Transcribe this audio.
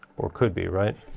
or could be, right?